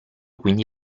quindi